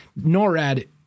NORAD